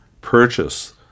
purchase